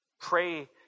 Pray